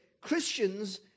Christians